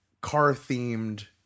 car-themed